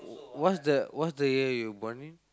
what's the what's the year you born in